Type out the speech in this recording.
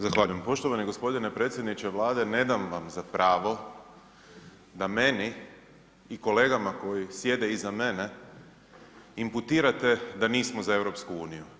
Zahvaljujem poštovani g. predsjedniče Vlade, ne dam vam za prava da meni i kolegama koji sjede iza mene inputirate da nismo za EU.